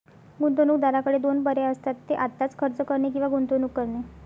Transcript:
गुंतवणूकदाराकडे दोन पर्याय असतात, ते आत्ताच खर्च करणे किंवा गुंतवणूक करणे